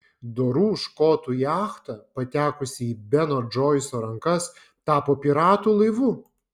dorų škotų jachta patekusi į beno džoiso rankas tapo piratų laivu